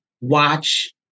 Watch